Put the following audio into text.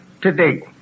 today